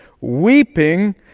weeping